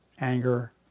anger